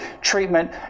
treatment